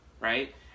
Right